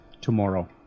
tomorrow